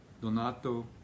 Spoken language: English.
Donato